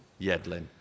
Yedlin